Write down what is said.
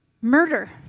Murder